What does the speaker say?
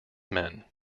men